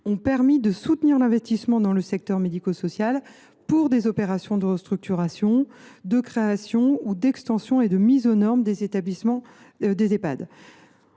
ont permis de soutenir l’investissement dans le secteur médico social pour des opérations de restructuration, de création, d’extension et de mise aux normes des Ehpad. Les